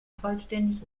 vollständig